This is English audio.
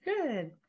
Good